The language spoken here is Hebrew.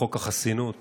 וחוק החסינות